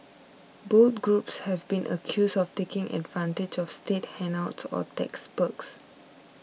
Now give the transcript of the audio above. both groups have been accused of taking advantage of state handouts or tax perks